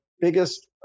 biggest